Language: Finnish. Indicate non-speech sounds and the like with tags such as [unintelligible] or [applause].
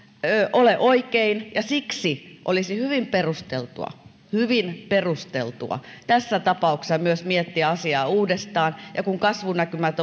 ole oikein ja siksi olisi hyvin perusteltua hyvin perusteltua tässä tapauksessa myös miettiä asiaa uudestaan ja kun kasvunäkymät [unintelligible]